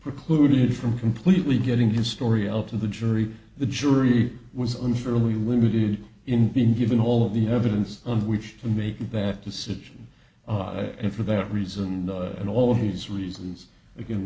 precluded from completely getting his story out to the jury the jury was unfairly limited in being given all of the evidence on which to make that decision and for that reason and all of these reasons it can